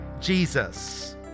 Jesus